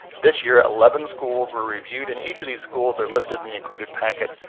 this year, eleven schools were reviewed and each of these schools are listed in the included packet,